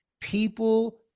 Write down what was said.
People